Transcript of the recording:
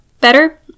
better